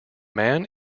man